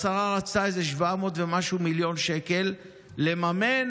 השרה רצתה איזה 700 ומשהו מיליון שקל לממן